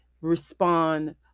respond